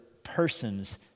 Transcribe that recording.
Persons